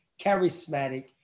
charismatic